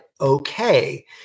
okay